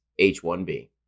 H1B